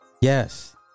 Yes